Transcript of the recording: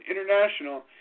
International